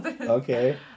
Okay